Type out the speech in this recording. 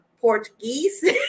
Portuguese